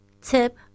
Tip